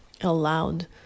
allowed